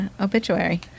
obituary